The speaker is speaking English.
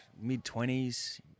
mid-twenties